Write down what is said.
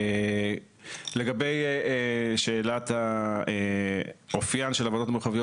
לגבי שאלת אופיין של הועדות המרחביות